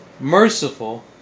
merciful